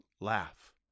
laugh